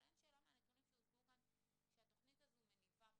אבל אין שאלה מהנתונים שהוצגו כאן שהתכנית הזו מניבה פרי.